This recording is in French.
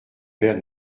père